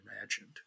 imagined